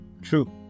true